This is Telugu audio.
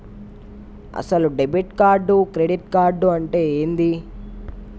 అసలు డెబిట్ కార్డు క్రెడిట్ కార్డు అంటే ఏంది?